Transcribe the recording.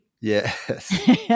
Yes